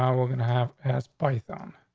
um we're gonna have as python.